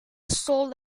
sold